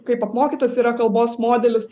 kaip apmokytas yra kalbos modelis